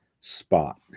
spot